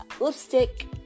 lipstick